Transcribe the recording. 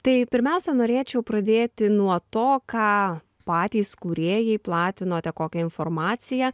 tai pirmiausia norėčiau pradėti nuo to ką patys kūrėjai platinote kokią informaciją